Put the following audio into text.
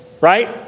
right